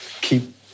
keep